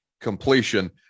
completion